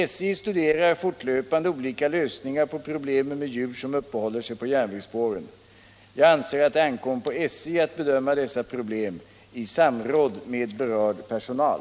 SJ studerar fortlöpande olika lösningar på problemen med djur som uppehåller sig på järnvägsspåren. Jag anser att det ankommer på SJ att bedöma dessa problem i samråd med berörd personal.